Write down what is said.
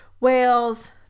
whales